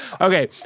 okay